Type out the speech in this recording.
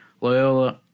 Loyola